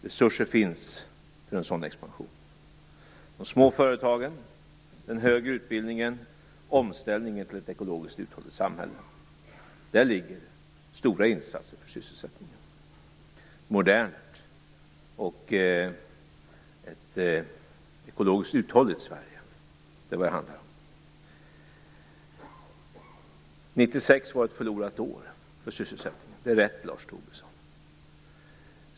Resurser finns för en sådan expansion. De små företagen, den högre utbildningen och omställningen till ett ekologiskt hållbart samhälle - där ligger stora insatser för sysselsättningen. Ett modernt och ekologiskt uthålligt Sverige - det är vad det handlar om. År 1996 var ett förlorat år för sysselsättningen. Det är riktigt, Lars Tobisson.